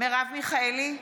מרב מיכאלי,